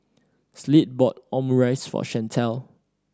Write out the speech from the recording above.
Slade bought Omurice for Shantell